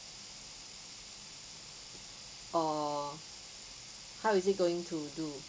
or how is it going to do